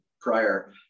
prior